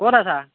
ক'ত আছা